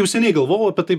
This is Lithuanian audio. jau seniai galvojau apie tai